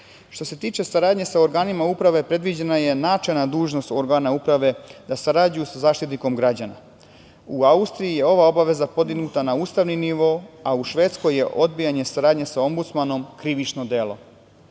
se tiče saradnje sa organima uprave, predviđena je načelna dužnost organa uprave da sarađuju sa Zaštitnikom građana. U Austriji je ova obaveza podignuta na ustavni nivo, a u Švedskoj je odbijanje saradnje sa Ombudsmanom krivično delo. Kada